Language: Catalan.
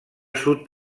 sud